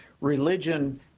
Religion